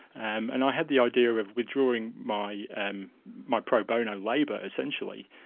um and i had the idea of withdrawing my and my pro bono labour essentially,